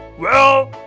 well,